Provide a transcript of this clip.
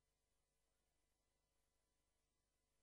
נתניהו, שריו